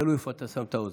תלוי איפה אתה שם את האוזן.